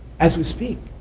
as we speak,